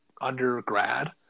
undergrad